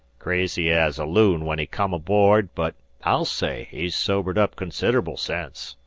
crazy ez a loon when he come aboard but i'll say he's sobered up consid'ble sence.